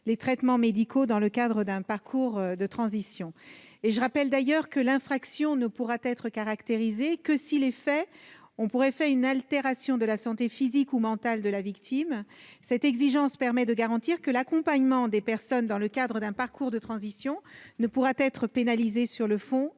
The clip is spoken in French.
les traitements médicaux dispensés dans le cadre d'un parcours de transition. Je le rappelle, l'infraction ne pourra être caractérisée que si les faits ont pour effet une altération de la santé physique ou mentale de la victime. Cette exigence permet de garantir que l'accompagnement des personnes dans le cadre d'un parcours de transition ne pourra être pénalisé sur le